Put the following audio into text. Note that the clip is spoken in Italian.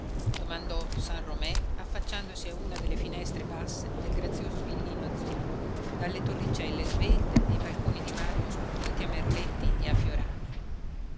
domandò san romé affacciandosi a una delle finestre basse del grazioso villino azzurro dalle torricelle svelte e i balconi di marmo scolpiti a merletti e a fiorami